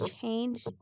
change